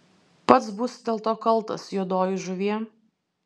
pats būsi dėl to kaltas juodoji žuvie